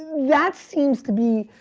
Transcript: that seems to be.